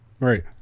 right